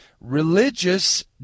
Religious